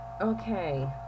Okay